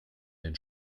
den